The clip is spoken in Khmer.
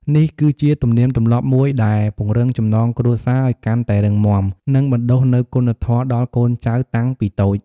នេះគឺជាទំនៀមទម្លាប់មួយដែលពង្រឹងចំណងគ្រួសារឲ្យកាន់តែរឹងមាំ និងបណ្ដុះនូវគុណធម៌ដល់កូនចៅតាំងពីតូច។